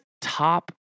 top